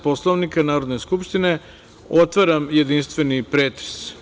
Poslovnika Narodne skupštine, otvaram jedinstveni pretres.